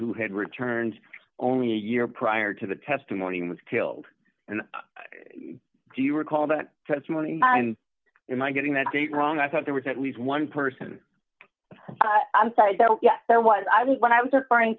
who had returned only a year prior to the testimony was killed and do you recall the testimony mind getting that date wrong i thought there was at least one person i'm sorry yes there was i did when i was referring